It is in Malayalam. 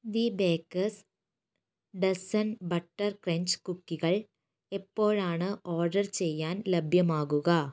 the baker's dozen butter crunch കുക്കികൾ എപ്പോഴാണ് ഓർഡർ ചെയ്യാൻ ലഭ്യമാകുക